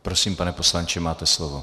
Prosím, pane poslanče, máte slovo.